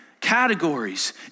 categories